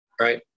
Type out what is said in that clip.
right